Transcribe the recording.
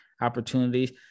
opportunities